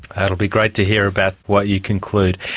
it will be great to hear about what you conclude.